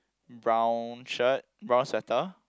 brown shirt brown sweater